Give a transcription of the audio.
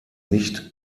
nicht